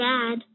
Dad